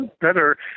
better